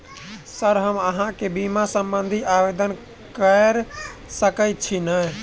Sir हम अहाँ केँ बीमा संबधी आवेदन कैर सकै छी नै?